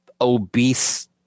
obese